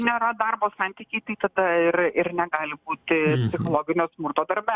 nėra darbo santykiai tai tada ir ir negali būti psichologinio smurto darbe